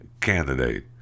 candidate